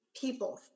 people